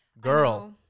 Girl